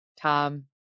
Tom